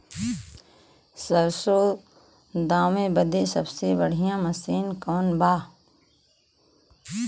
सरसों दावे बदे सबसे बढ़ियां मसिन कवन बा?